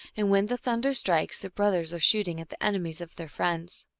and when the thunder strikes, the brothers are shooting at the enemies of their friends.